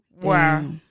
Wow